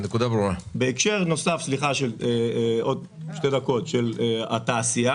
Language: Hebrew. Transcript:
בנוסף, לגבי התעשייה